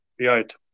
Right